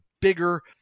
bigger